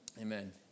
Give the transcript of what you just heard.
Amen